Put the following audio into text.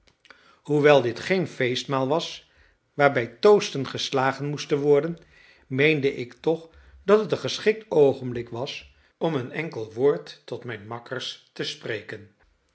hoewel dit geen feestmaal was waarbij toosten geslagen moesten worden meende ik toch dat het een geschikt oogenblik was om een enkel woord tot mijn makkers te spreken